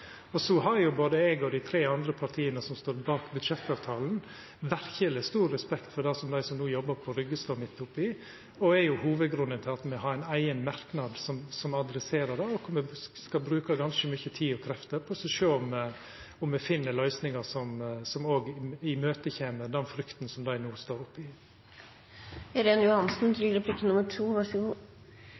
Så har både eg og dei tre andre partia som står bak budsjettavtalen, verkeleg stor respekt for det som dei som no jobbar på Rygge, står midt oppe i. Det er hovudgrunnen til at me har ein eigen merknad som tek opp dette, og me skal bruka ganske mykje tid og krefter på å sjå om me finn løysingar som òg kjem i møte den frykta som dei no står oppe i. Representanten snakket mye om det